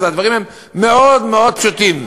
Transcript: הדברים הם מאוד מאוד פשוטים.